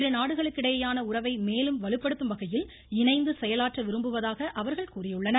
இருநாடுகளுக்கு இடையேயான உறவை மேலும் வலுப்படுத்தும் வகையில் இணைந்து செயலாற்ற விரும்புவதாக அவர்கள் கூறியுள்ளனர்